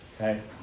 Okay